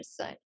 side